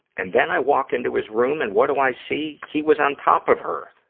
and then i walk into his room and what do i see? he was on top of her.